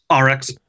RX